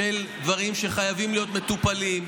דברים שחייבים להיות מטופלים,